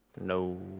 No